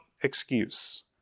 excuse